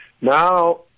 Now